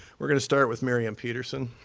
we're gonna start with miriam pederson.